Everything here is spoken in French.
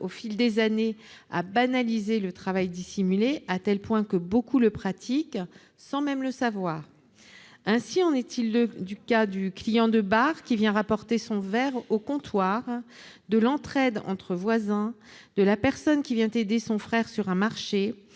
au fil des années, le législateur a banalisé le travail dissimulé, à tel point que beaucoup le pratiquent sans le savoir. Ainsi en est-il du cas du client de bar qui vient rapporter son verre au comptoir, de l'entraide entre voisins, de la personne qui vient aider son frère sur un marché,